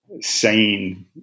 sane